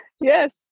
Yes